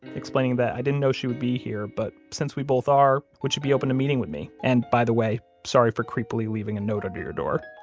explaining that i didn't know she would be here, but since we both are, would you be open to meeting with me? and by the way, sorry for creepily leaving a note under your door